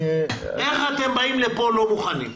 איך אתם באים לכאן לא מוכנים?